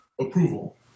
approval